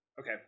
Okay